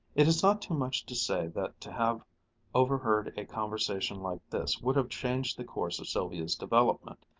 it is not too much to say that to have overheard a conversation like this would have changed the course of sylvia's development,